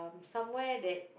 somewhere that